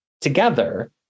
together